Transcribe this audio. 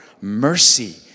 mercy